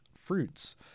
fruits